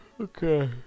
Okay